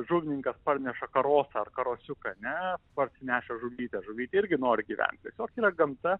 žuvininkas parneša karosą ar karosiuką ane parsinešęs žuvytę žuvytė irgi nori gyventi tiesiog yra gamta